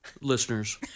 listeners